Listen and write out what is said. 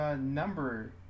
Number